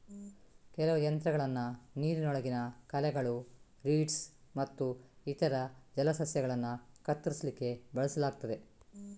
ಕೆಲವು ಯಂತ್ರಗಳನ್ನ ನೀರಿನೊಳಗಿನ ಕಳೆಗಳು, ರೀಡ್ಸ್ ಮತ್ತು ಇತರ ಜಲಸಸ್ಯಗಳನ್ನ ಕತ್ತರಿಸ್ಲಿಕ್ಕೆ ಬಳಸಲಾಗ್ತದೆ